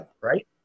right